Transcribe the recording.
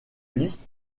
liste